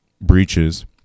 breaches